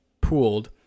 pooled